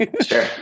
Sure